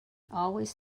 always